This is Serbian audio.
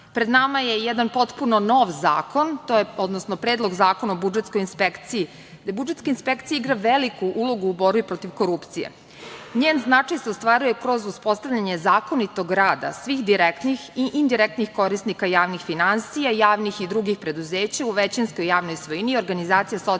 nama je jedan potpuno nov zakon, odnosno Predlog zakona o budžetskoj inspekciji. Budžetska inspekcija igra veliku ulogu u borbi protiv korupcije. Njen značaj se ostvaruje kroz uspostavljanje zakonitog rada svih direktnih i indirektnih korisnika javnih finansija, javnih i drugih preduzeća u većinskoj javnoj svojini, organizacija socijalnog